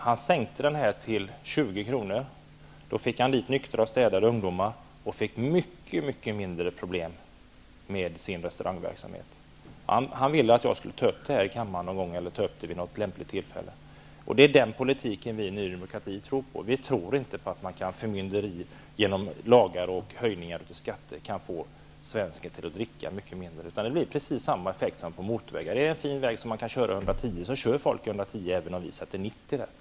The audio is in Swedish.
Han sänkte sedan priset till 20 kr, och då fick han dit nyktra och städade ungdomar och fick mycket mycket mindre problem med sin restaurangverksamhet. Han ville att jag vid något lämpligt tillfälle skulle ta upp detta i kammaren. Det är denna politik som vi i Ny demokrati tror på. Vi tror inte på att man genom förmynderi, genom lagar och genom höjningar av skatter kan få svensken att dricka mycket mindre, utan effekten blir då precis densamma som på motorvägar: Är det en fin väg som man kan köra i 110 på, så kör folk i 110, även om vi begränsar hastigheten till 90.